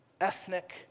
ethnic